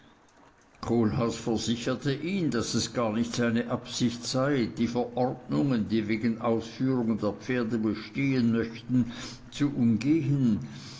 kohlhaas versicherte ihn daß es gar nicht seine absicht sei die verordnungen die wegen ausführung der pferde bestehen möchten zu umgehen